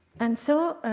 and so